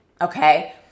okay